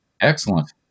Excellent